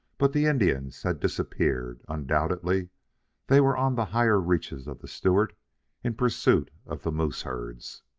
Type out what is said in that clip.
but the indians had disappeared undoubtedly they were on the higher reaches of the stewart in pursuit of the moose-herds.